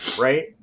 right